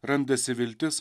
randasi viltis